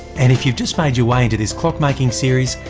and if you've just made your way into this clockmaking series,